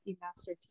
master